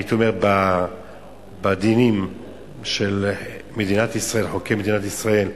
הייתי אומר, בדינים של חוקי מדינת ישראל,